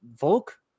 volk